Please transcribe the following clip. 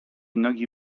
nogi